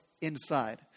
inside